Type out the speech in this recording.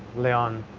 leon,